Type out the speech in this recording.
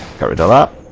carried ah up